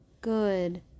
Good